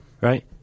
right